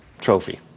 trophy